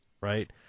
right